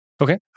Okay